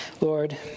Lord